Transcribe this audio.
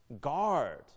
guard